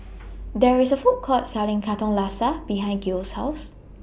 There IS A Food Court Selling Katong Laksa behind Gail's House